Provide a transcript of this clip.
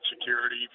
security